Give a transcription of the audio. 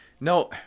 No